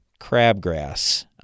crabgrass